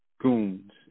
Goons